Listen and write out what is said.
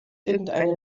irgendeine